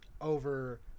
over